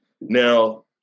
Now